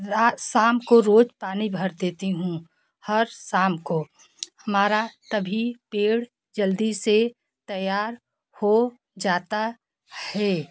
रात शाम को रोज़ पानी भर देती हूँ हर शाम को हमारा तभी पेड़ जल्दी से तैयार हो जाता है